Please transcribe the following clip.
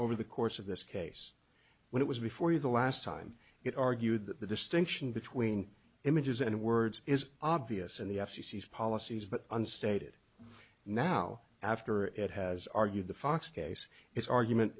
over the course of this case when it was before you the last time it argued that the distinction between images and words is obvious and the f c c has policies but unstated now after it has argued the fox case its argument